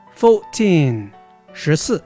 fourteen,十四